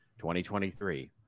2023